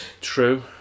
true